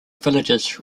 villages